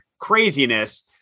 craziness